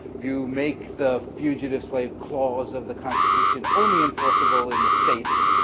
you make the fugitive slave clause of the constitution only enforceable in the states.